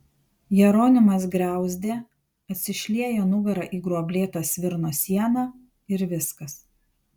jeronimas griauzdė atsišlieja nugara į gruoblėtą svirno sieną ir viskas